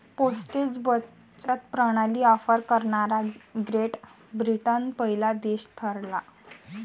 postage बचत प्रणाली offer करणारा ग्रेट ब्रिटन पहिला देश ठरला